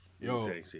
Yo